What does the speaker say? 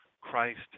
Christ